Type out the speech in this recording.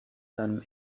seinem